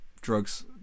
drugs